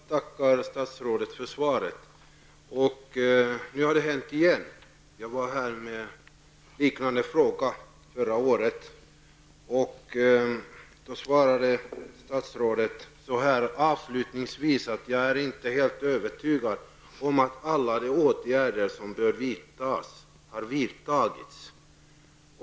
Herr talman! Jag tackar statsrådet för svaret. Nu har det hänt igen. Jag ställde en liknande fråga förra året, och då svarade statsrådet avslutningsvis: ''Jag är inte helt övertygad om att alla de åtgärder som bör vidtas har vidtagits.''